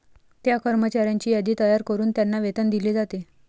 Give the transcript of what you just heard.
त्या कर्मचाऱ्यांची यादी तयार करून त्यांना वेतन दिले जाते